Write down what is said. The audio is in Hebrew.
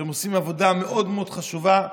שהם עושים עבודה מאוד מאוד חשובה.